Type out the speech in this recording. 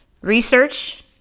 research